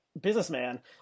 businessman